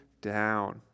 down